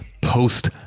post